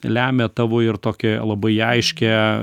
lemia tavo ir tokį labai aiškią